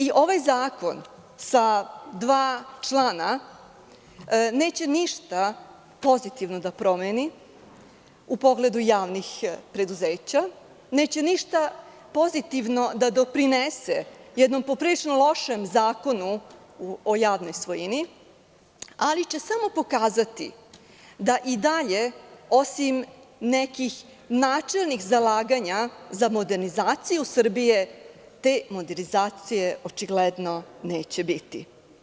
I ovaj zakon sa dva člana neće ništa pozitivno da promeni u pogledu javnih preduzeća, neće ništa pozitivno da doprinese jednom poprilično lošem Zakonu o javnoj svojini, ali će samo pokazati da i dalje, osim nekih načelnih zalaganja za modernizaciju Srbije, te modernizacije očigledno neće biti.